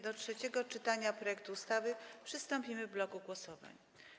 Do trzeciego czytania projektu ustawy przystąpimy w bloku głosowań.